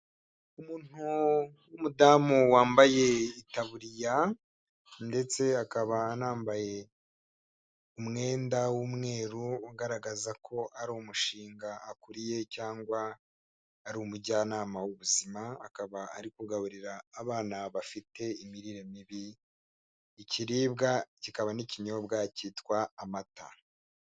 Umuntu w'umudamu wambaye itaburiya ndetse akaba anambaye umwenda w'umweru ugaragaza ko ari umushinga akuriye cyangwa ari umujyanama w'ubuzima, akaba ari kugaburira abana bafite imirire mibi, ikiribwa kikaba n'ikinyobwa cyitwa amata.